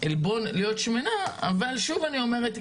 עלבון להיות שמנה אבל שוב אני אומרת,